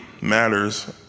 matters